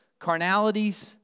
carnalities